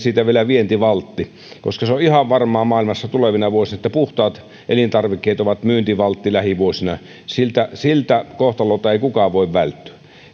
niistä vielä vientivaltin koska se on ihan varmaa maailmassa tulevina vuosina että puhtaat elintarvikkeet ovat myyntivaltti lähivuosina siltä siltä kohtalolta ei kukaan voi välttyä